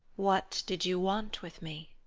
what did you want with me?